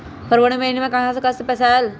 फरवरी महिना मे कहा कहा से पैसा आएल?